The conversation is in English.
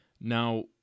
Now